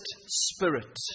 Spirit